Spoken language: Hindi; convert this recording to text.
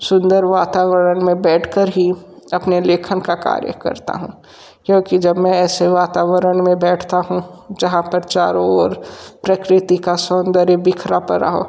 सुंदर वातावरण में बैठकर ही अपने लेखन का कार्य करता हूँ क्योंकि जब मैं ऐसे वातावरण में बैठता हूँ जहाँ पर चारों ओर प्रकृति का सौंदर्य बिखरा पड़ा हो